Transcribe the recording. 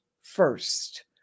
first